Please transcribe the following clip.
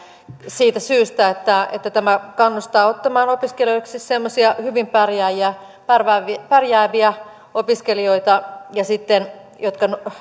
siitä syystä että että tämä kannustaa ottamaan opiskelijoiksi semmoisia hyvin pärjääviä pärjääviä opiskelijoita jotka